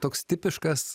toks tipiškas